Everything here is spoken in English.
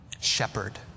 Shepherd